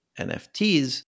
NFTs